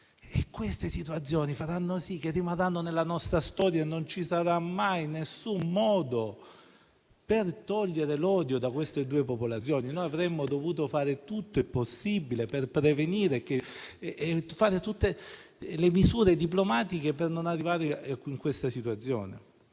Queste situazioni rimarranno nella nostra storia e non ci sarà mai alcun modo per togliere l'odio da queste due popolazioni. Avremmo dovuto fare tutto il possibile per prevenire e mettere in atto tutte le misure diplomatiche per non arrivare a questa situazione.